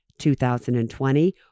2020